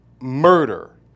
murder